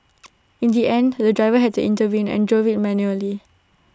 in the end the driver had to intervene and drove IT manually